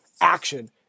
action